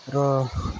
र